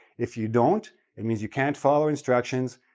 if you don't, it means you can't follow instructions,